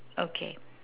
okay